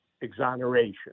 exoneration